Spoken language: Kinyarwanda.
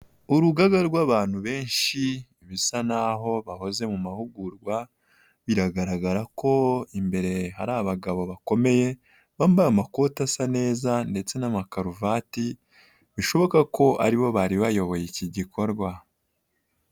Urugaga rw'abantu benshi bisa naho bahoze mu mahugurwa, biragaragara ko imbere hari abagabo bakomeye bambaye amakoti asa neza ndetse n'amakaruvati bishoboka ko aribo bari bayoboye iki gikorwa.